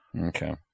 Okay